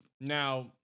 Now